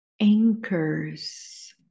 anchors